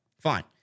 fine